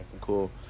cool